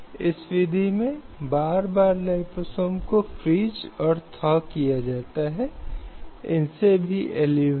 इसलिए प्रत्येक व्यक्ति के लिए जीवन का अधिकार और व्यक्तिगत स्वतंत्रता राज्य द्वारा हर व्यक्ति को आश्वासन दिया जाता है